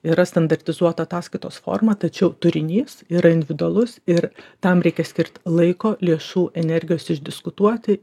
yra standartizuota ataskaitos forma tačiau turinys yra individualus ir tam reikia skirt laiko lėšų energijos išdiskutuoti